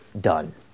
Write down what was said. done